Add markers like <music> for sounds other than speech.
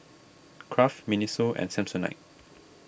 Kraft Miniso and Samsonite <noise>